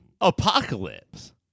Apocalypse